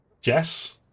Jess